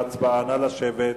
נא לשבת.